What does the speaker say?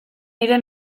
nire